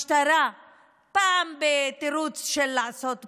והמשטרה, פעם בתירוץ של לעשות פיילוט,